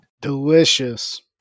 Delicious